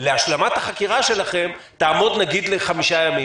להשלמת החקירה שלכם תעמוד לחמישה ימים.